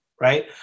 right